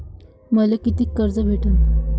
मले कितीक कर्ज भेटन?